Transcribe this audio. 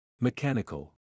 Mechanical